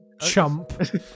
chump